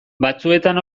batzuetan